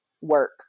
work